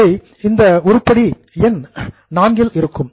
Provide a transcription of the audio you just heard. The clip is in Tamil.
இவை உருப்படி என் IV இல் இருக்கும்